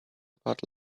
about